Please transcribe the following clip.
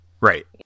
Right